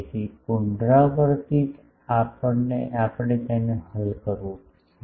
તેથી પુનરાવર્તિત આપણે તેને હલ કરવું પડશે